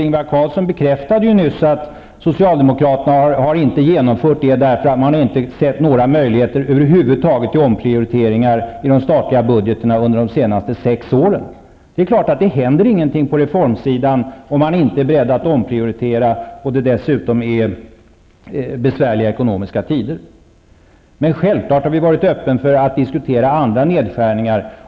Ingvar Carlsson bekräftade nyss att socialdemokraterna inte har genomfört det, därför att socialdemokraterna inte har sett några möjligheter över huvud taget till omprioriteringar i de statliga budgetarna under de senaste sex åren. Det är klart att ingenting händer på reformsidan om man inte är beredd att omprioritera och om det dessutom är besvärliga ekonomiska tider. Men självfallet har vi varit öppna för att diskutera andra nedskärningar.